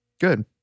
Good